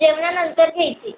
जेवणानंतर घ्यायची